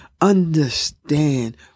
Understand